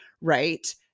right